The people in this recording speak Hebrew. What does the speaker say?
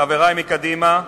חברי מקדימה,